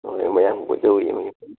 ꯍꯣꯏ ꯃꯌꯥꯡ